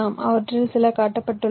அவற்றில் சில காட்டப்பட்டுள்ளன